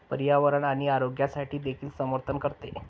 पर्यावरण आणि आरोग्यासाठी देखील समर्थन करते